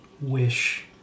wish